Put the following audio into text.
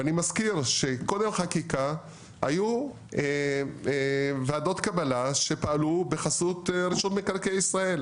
ואני מזכיר שקודם החקיקה היו ועדות קבלה שפעלו בחסות רשות מקרקעי ישראל,